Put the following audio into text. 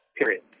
Period